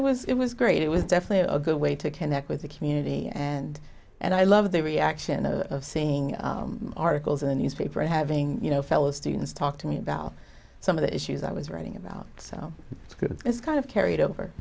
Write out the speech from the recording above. it was it was great it was definitely a good way to connect with the community and and i love the reaction of seeing articles in a newspaper and having you know fellow students talk to me about some of the issues i was writing about so it's good it's kind of carried over